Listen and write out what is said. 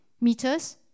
meters